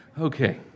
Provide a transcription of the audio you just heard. Okay